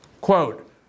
quote